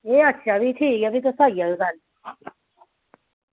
एह् अच्छा भी ठीक ऐ तुस आई जायो कल्ल